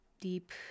deep